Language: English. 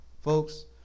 Folks